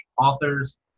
authors